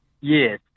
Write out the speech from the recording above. Yes